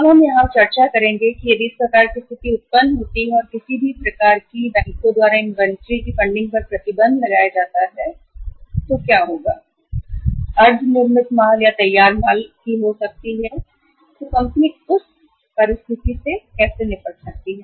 तो अब हम यहां चर्चा करेंगे कि यदि इस प्रकार की स्थिति उत्पन्न होती है और किसी भी प्रकार बैंकों द्वारा इनवेंटरी की फंडिंग पर प्रतिबंध लगाया जा सकता है जो WIP की हो सकती है या तैयार माल हो सकता है तो कंपनी उस परिस्थिति से कैसे निपट सकती है